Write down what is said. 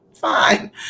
fine